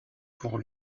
pour